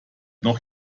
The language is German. noch